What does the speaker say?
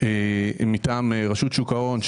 מטעם רשות שוק ההון,